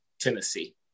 tennessee